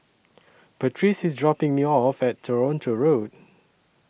Patrice IS dropping Me off At Toronto Road